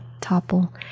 topple